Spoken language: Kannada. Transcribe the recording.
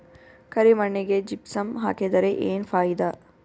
ಕರಿ ಮಣ್ಣಿಗೆ ಜಿಪ್ಸಮ್ ಹಾಕಿದರೆ ಏನ್ ಫಾಯಿದಾ?